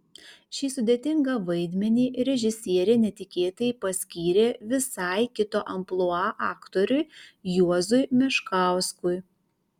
šį sudėtingą vaidmenį režisierė netikėtai paskyrė visai kito amplua aktoriui juozui meškauskui